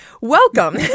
Welcome